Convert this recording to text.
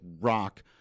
rock